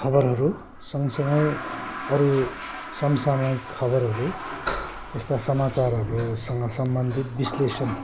खबरहरू सँगसँगै अरू समसामायिक खबरहरू यस्ता समाचारहरूसँग सम्बन्धित विश्लेषण